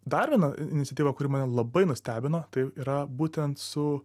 dar viena iniciatyva kuri man labai nustebino tai yra būtent su